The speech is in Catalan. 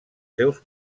seus